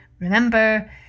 Remember